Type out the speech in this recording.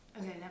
Okay